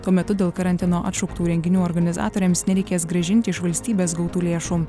tuo metu dėl karantino atšauktų renginių organizatoriams nereikės grąžinti iš valstybės gautų lėšų